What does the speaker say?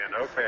Okay